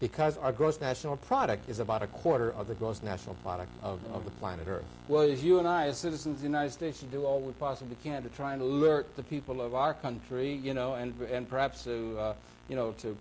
because our gross national product is about a quarter of the gross national product of the planet earth was you and i as citizens united states to do all we possibly can to try and alert the people of our country you know and perhaps you know to